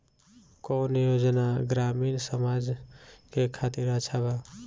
कौन योजना ग्रामीण समाज के खातिर अच्छा बा?